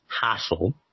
hassle